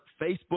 facebook